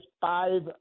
five